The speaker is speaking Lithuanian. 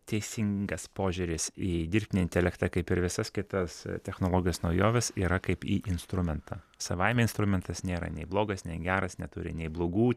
teisingas požiūris į dirbtinį intelektą kaip ir visas kitas technologijos naujoves yra kaip į instrumentą savaime instrumentas nėra nei blogas nei geras neturi nei blogų